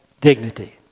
dignity